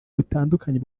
butandukanye